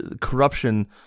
corruption